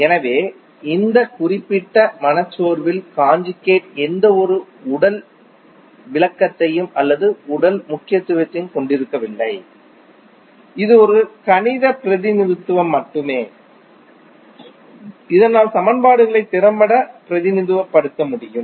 எனவே இந்த குறிப்பிட்ட மனச்சோர்வில் கான்ஜுகேட் எந்தவொரு உடல் விளக்கத்தையும் அல்லது உடல் முக்கியத்துவத்தையும் கொண்டிருக்கவில்லை இது ஒரு கணித பிரதிநிதித்துவம் மட்டுமே இதனால் சமன்பாடுகளை திறம்பட பிரதிநிதித்துவப்படுத்த முடியும்